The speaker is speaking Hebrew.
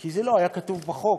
כי לא היה כתוב בחוק